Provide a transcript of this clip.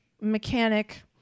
mechanic